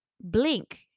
blink